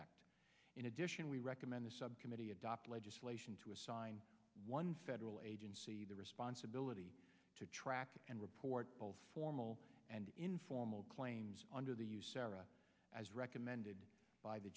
act in addition we recommend the subcommittee adopt legislation to assign one federal agency the responsibility to track and report both formal and informal claims under the userra as recommended by the